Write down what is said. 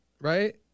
right